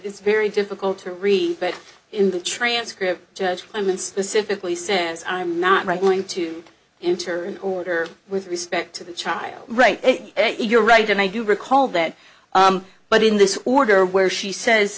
it's very difficult to read but in the transcript judgments civically says i'm not right going to enter an order with respect to the child right you're right and i do recall that but in this order where she says